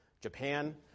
Japan